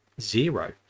Zero